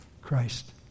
Christ